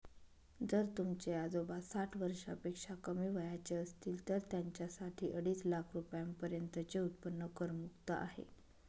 जर तुमचे आजोबा साठ वर्षापेक्षा कमी वयाचे असतील तर त्यांच्यासाठी अडीच लाख रुपयांपर्यंतचे उत्पन्न करमुक्त आहे